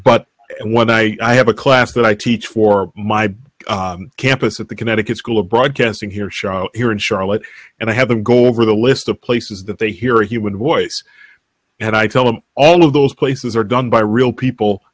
but when i have a class that i teach for my campus at the connecticut school of broadcasting here show here in charlotte and i haven't go over the list of places that they hear a human voice and i tell them all of those places are done by real people